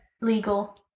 legal